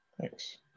Thanks